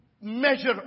measure